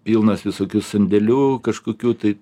pilnas visokių sandėlių kažkokių tai